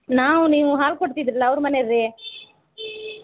ನಾವು ನೀವು ಹಾಲು ಕೊಡ್ತಿದ್ರಲ್ಲ ಅವ್ರ ಮನೆಯವ್ರೀ